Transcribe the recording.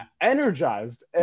energized